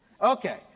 Okay